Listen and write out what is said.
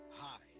hi